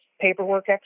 paperwork